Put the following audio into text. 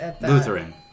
Lutheran